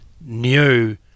new